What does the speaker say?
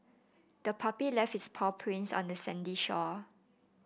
the puppy left its paw prints on the sandy shore